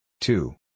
Two